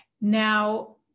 Now